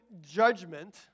judgment